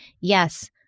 Yes